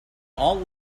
all